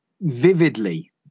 vividly